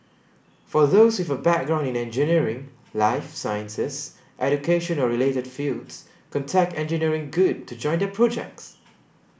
for those with a background in engineering life sciences education or related fields contact Engineering Good to join their projects